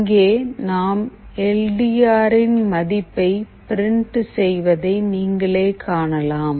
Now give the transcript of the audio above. இங்கே நாம் L D ஆரின் மதிப்பை பிரிண்ட் செய்வதை நீங்களே காணலாம்